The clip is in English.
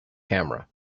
camera